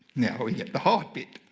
now we get the hard bit,